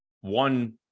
One